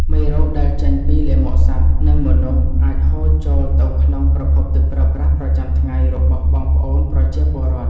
មេរោគដែលចេញពីលាមកសត្វ និងមនុស្សអាចហូរចូលទៅក្នុងប្រភពទឹកប្រើប្រាស់ប្រចាំថ្ងៃរបស់បងប្អូនប្រជាពលរដ្ឋ។